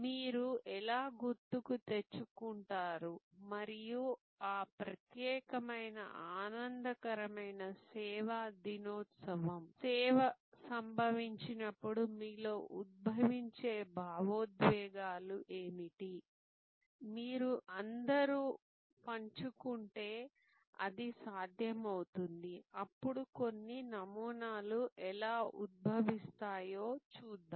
మీరు ఎలా గుర్తుకు తెచ్చుకుంటారు మరియు ఆ ప్రత్యేకమైన ఆనందకరమైన సేవా దినోత్సవం సేవ సంభవించినప్పుడు మీలో ఉద్భవించే భావోద్వేగాలు ఏమిటి మీరు అందరూ పంచుకుంటే అది సాధ్యమవుతుంది అప్పుడు కొన్ని నమూనాలు ఎలా ఉద్భవిస్తాయో చూద్దాం